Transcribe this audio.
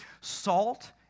Salt